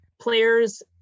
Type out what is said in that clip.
players